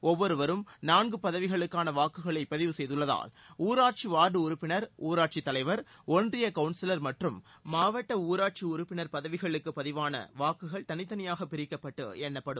ஒவ்வொருவரும் நான்கு பதவிகளுக்கான வாக்குகளை பதிவு செய்துள்ளதால் ஊராட்சி வார்டு உறுப்பினர் ஊராட்சித் தலைவர் ஒன்றியக் கவுன்சிலர் மற்றும் மாவட்ட ஊராட்சி உறுப்பினர் பதவிகளுக்கு பதிவான வாக்குகள் தனித்தனியாக பிரிக்கப்பட்டு எண்ணப்படும்